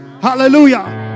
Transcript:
Hallelujah